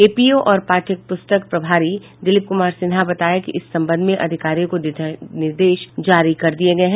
APO और पाठ्य पुस्तक प्रभारी दिलीप कुमार सिन्हा ने बताया कि इस संबंध में अधिकारियों को दिशा निर्देश जारी कर दिये गये हैं